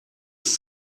ist